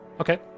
Okay